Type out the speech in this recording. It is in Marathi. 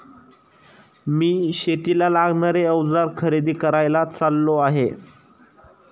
मी शेतीला लागणारे अवजार खरेदी करायला चाललो आहे